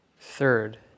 Third